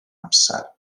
amser